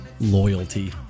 Loyalty